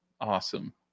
awesome